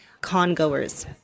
con-goers